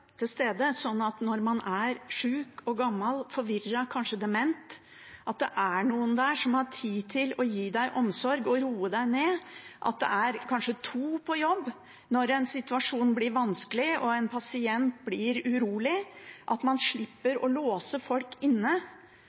til stede, slik at når man er syk og gammel, forvirret og kanskje dement, er det noen der som har tid til å gi omsorg og roe en ned, at det kanskje er to på jobb når en situasjon blir vanskelig og en pasient blir urolig, og at man slipper å låse folk inne